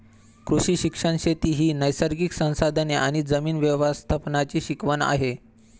कृषी शिक्षण शेती ही नैसर्गिक संसाधने आणि जमीन व्यवस्थापनाची शिकवण आहे